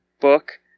book